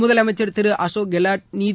முதலமைச்சர் திரு அசோக் கெலாட் நிதி